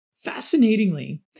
Fascinatingly